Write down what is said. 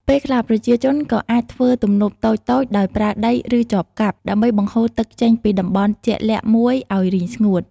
ពេលខ្លះ ប្រជាជនក៏អាចធ្វើទំនប់តូចៗដោយប្រើដី ឬចបកាប់ ដើម្បីបង្ហូរទឹកចេញពីតំបន់ជាក់លាក់មួយឲ្យរីងស្ងួត។